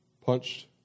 punched